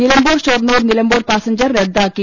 Nilambur Shoranur Nilambur passenger റദ്ദാക്കി